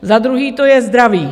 Za druhé to je zdraví.